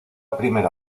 primera